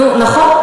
נו, נכון.